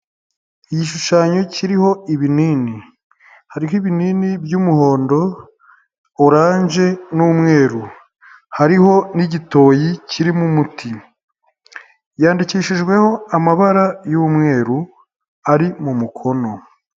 Igishushanyo kiriho ibinini, hariho ibinini byumuhondo, oranje n'umweru hariho n'igitoyi kirimo umuti yandikishijweho amabara y'umweru ari mu mukono.